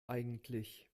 eigentlich